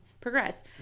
progress